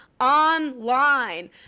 online